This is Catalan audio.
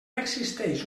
existeix